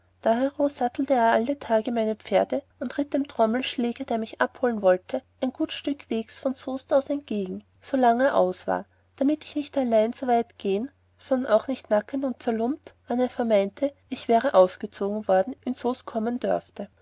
sattelte er alle tage meine pferde und ritt dem trommelschlager der mich abholen sollte ein gut stück wegs von soest aus entgegen solang er aus war damit ich nicht allein nicht so weit gehen sondern auch nicht nackend oder zerlumpt dann er vermeinte ich wäre aus gezogen worden in soest kommen dörfte